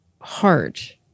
heart